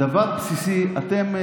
דבר בסיסי אתם,